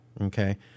Okay